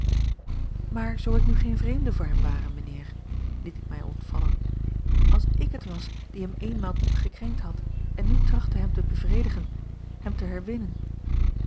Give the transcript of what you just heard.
maar zoo ik nu geen vreemde voor hem ware mijnheer liet ik mij ontvallen als ik het was die hem eenmaal diep gekrenkt had en nu trachtte hem te bevredigen hem te herwinnen